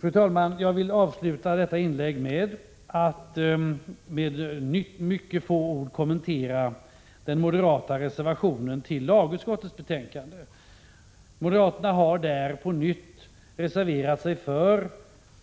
Fru talman! Jag vill avsluta detta inlägg med att med några få ord kommentera den moderata reservationen till lagutskottets betänkande. Moderaterna har där på nytt reserverat sig